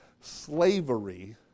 slavery